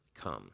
come